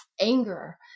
anger